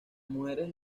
mujeres